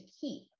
keep